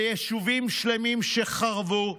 ביישובים שלמים שחרבו,